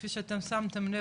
כפי שאתם שמתם לב,